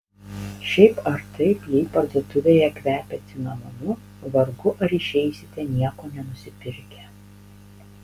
šiaip ar taip jei parduotuvėje kvepia cinamonu vargu ar išeisite nieko nenusipirkę